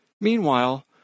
Meanwhile